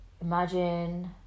imagine